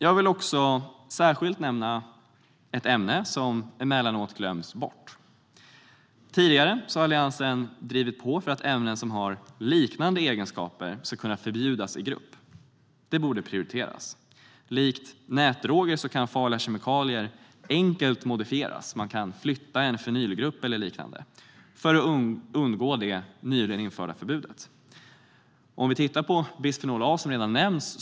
Jag vill också särskilt nämna ett ämne som emellanåt glöms bort. Tidigare har Alliansen drivit på för att ämnen som har liknande egenskaper ska kunna förbjudas i grupp. Det borde prioriteras. Likt nätdroger kan farliga kemikalier enkelt modifieras - man kan flytta en fenylgrupp eller liknande - för att undgå det nyligen införda förbudet. Låt oss titta på bisfenol A, som redan har nämnts.